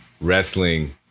wrestling